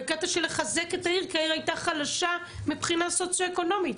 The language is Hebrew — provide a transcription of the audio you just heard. בקטע של לחזק את העיר כי העיר היתה חלשה מבחינה סוציו אקונומית,